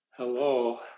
Hello